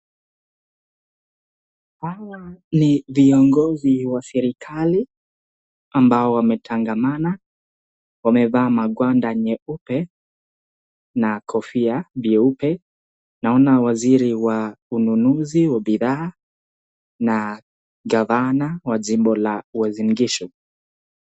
Hawa ni viongozi wa serikali ambao wametangamana. Wamevaa magwanda nyeupe na kofia vyeupe. Naona Waziri wa ununuzi wa Bidhaa na Gavana wa jimbo la Uasin Gishu .